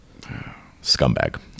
Scumbag